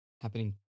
happening